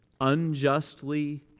unjustly